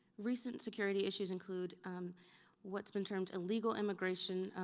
recent security issues include what's been termed illegal immigration,